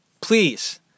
please